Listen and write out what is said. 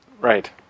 right